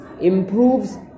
improves